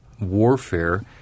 warfare